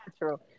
natural